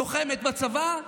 לוחמת בצבא?